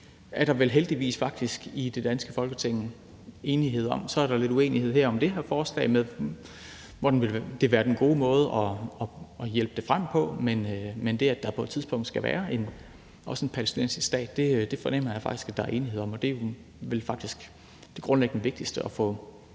er der vel heldigvis faktisk i det danske Folketing enighed om. Så er der lidt uenighed om det her forslag, i forhold til hvad den gode måde at hjælpe det frem på ville være, men det, at der på et tidspunkt skal være også en palæstinensisk stat, fornemmer jeg faktisk at der er enighed om, og det er vel faktisk det grundlæggende vigtigste at få